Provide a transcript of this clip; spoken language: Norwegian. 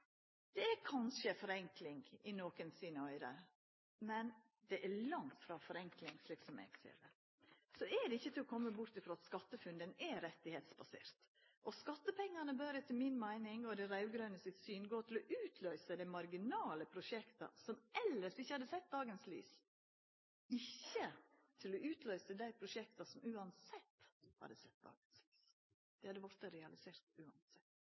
Det er kanskje ei forenkling i nokre sine øyre, men det er langt frå ei forenkling, slik som eg ser det. Så er det ikkje til å komma bort frå at SkatteFUNN er rettsbasert. Skattepengane bør, etter mi meining og dei raud-grøne sitt syn, gå til å utløysa dei marginale prosjekta som elles ikkje hadde sett dagens lys, ikkje til å utløysa dei prosjekta som uansett hadde sett dagens lys – dei hadde vorte